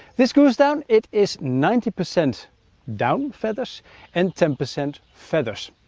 this goose down, it is ninety percent down feathers and ten percent feathers.